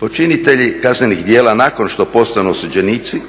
Počinitelji kaznenih djela nakon što postanu osuđenici,